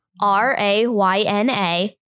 r-a-y-n-a